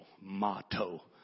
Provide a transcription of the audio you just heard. motto